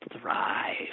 thrive